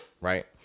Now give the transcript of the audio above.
right